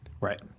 Right